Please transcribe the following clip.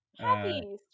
Happy